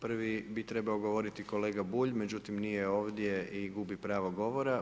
Prvi bi trebao govoriti kolega Bulj, međutim nije ovdje i gubi pravo govora.